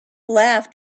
laughed